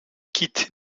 quitte